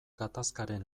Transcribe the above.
gatazkaren